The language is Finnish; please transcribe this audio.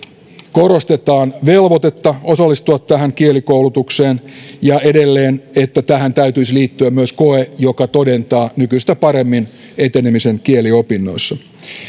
korostetaan velvoitetta osallistua kielikoulutukseen ja edelleen että tähän täytyisi liittyä myös koe joka todentaa nykyistä paremmin etenemisen kieliopinnoissa